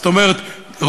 זאת אומרת,